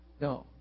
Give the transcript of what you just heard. No